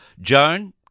Joan